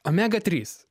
omega trys